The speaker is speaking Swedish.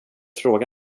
fråga